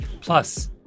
Plus